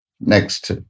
Next